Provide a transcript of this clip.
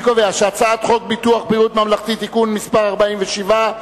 אני קובע שחוק ביטוח בריאות ממלכתי (תיקון מס' 47),